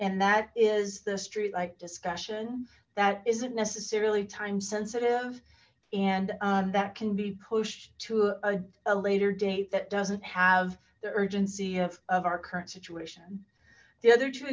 and that is the street like discussion that isn't necessarily time sensitive and that can be pushed to a later date that doesn't have the urgency of our current situation the other two